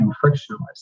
frictionless